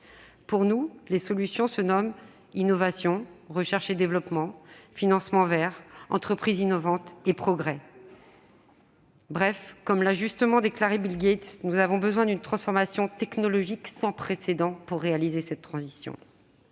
Pour nous, les solutions se nomment innovation, recherche et développement, financements verts, entreprises innovantes et progrès. Bref, comme l'a justement déclaré Bill Gates, nous avons besoin d'une transformation technologique sans précédent pour réaliser cette transition.